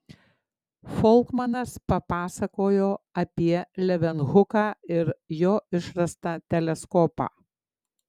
folkmanas papasakojo apie levenhuką ir jo išrastą teleskopą